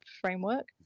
framework